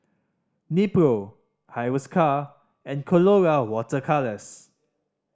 Nepro Hiruscar and Colora Water Colours